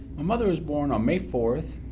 mother was born on may four,